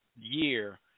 year